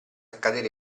accadere